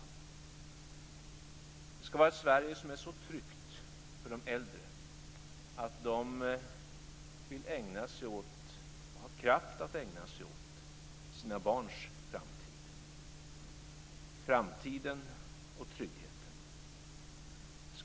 Det ska vara ett Sverige som är så tryggt för de äldre att de vill och har kraft att ägna sig åt sina barns framtid. Det handlar om framtiden och tryggheten.